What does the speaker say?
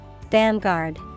Vanguard